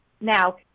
Now